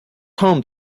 home